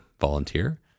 volunteer